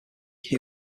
who